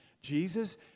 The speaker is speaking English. Jesus